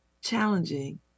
challenging